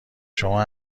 شما